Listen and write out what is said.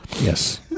Yes